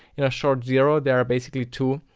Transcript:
in a short zero, there are basically two.